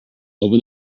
open